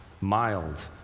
mild